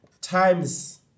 Times